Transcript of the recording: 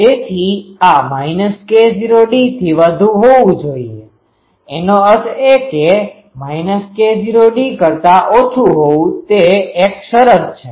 તેથી આ k0d થી વધુ હોવુ જોઈએ એનો અર્થ એ કે k0d કરતા ઓછું હોવું તે એક શરત છે